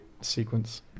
sequence